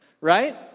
right